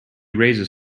raises